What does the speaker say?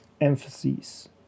emphasis